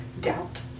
doubt